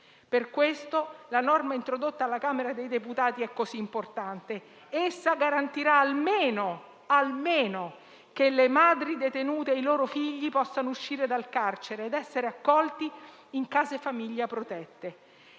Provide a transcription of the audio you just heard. Per questo la norma introdotta alla Camera dei deputati è così importante. Essa garantirà almeno che le madri detenute e i loro figli possano uscire dal carcere ed essere accolti in case famiglia protette.